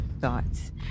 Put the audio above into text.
thoughts